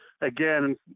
again